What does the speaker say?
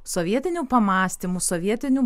sovietinių pamąstymų sovietinių